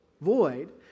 void